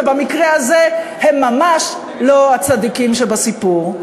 ובמקרה הזה הם ממש לא הצדיקים שבסיפור.